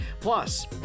Plus